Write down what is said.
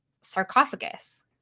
sarcophagus